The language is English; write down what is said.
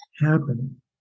happen